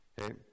Okay